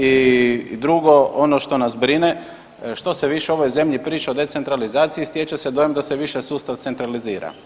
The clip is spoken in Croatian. I drugo što ono što nas brine, što se više u ovoj zemlji priča o decentralizaciji, stječe se dojam da se više sustav centralizira.